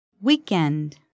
weekend